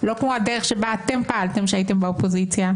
לא כמו הדרך שבה אתם פעלתם כשהייתם באופוזיציה.